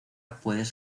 puedes